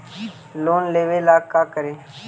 Loan लेबे ला का करि?